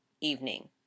evening